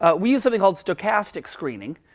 ah we used something called stochastic screening,